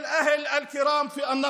(אומר דברים בשפה הערבית,